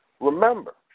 remember